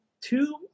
two